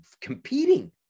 competing